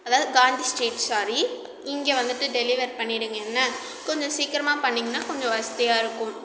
அதாவது Gandhi street sorry இங்கே வந்துவிட்டு டெலிவர் பண்ணிவிடுங்க என்ன கொஞ்சம் சீக்கிரமாக பண்ணிங்கன்னா கொஞ்சம் வசதியாக இருக்கும்